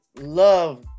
love